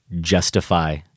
justify